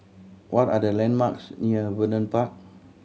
what are the landmarks near Vernon Park